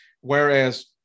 whereas